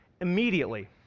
immediately